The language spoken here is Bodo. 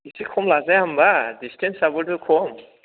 एसे खम लाजाया होनबा दिसटेन्स आबोथ' खम